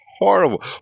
horrible